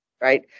right